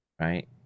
Right